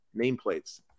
Nameplates